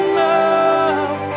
love